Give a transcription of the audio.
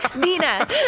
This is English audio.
Nina